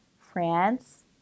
France